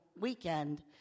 weekend